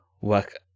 work